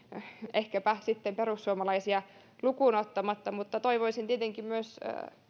ehkäpä sitten perussuomalaisia lukuun ottamatta toivoisin tietenkin